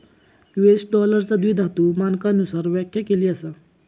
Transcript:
US डॉलरचा द्विधातु मानकांनुसार व्याख्या केली असा